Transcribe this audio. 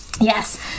Yes